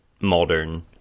modern